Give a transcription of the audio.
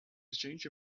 exchanged